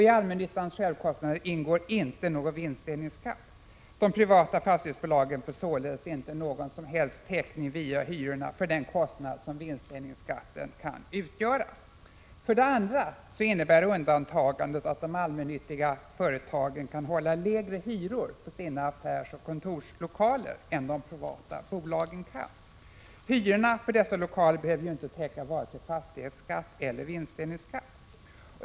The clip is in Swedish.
I allmännyttans självkostnader ingår inte någon vinstdelningsskatt. De privata fastighetsbolagen får således inte någon som helst täckning via hyrorna för den kostnad som vinstdelningsskatten kan utgöra. För det andra innebär undantagandet att de allmännyttiga företagen kan hålla lägre hyror på sina affärsoch kontorslokaler än de privata bolagen kan göra. Hyrorna för dessa lokaler behöver ju inte täcka vare sig fastighetsskatt eller vinstdelningsskatt.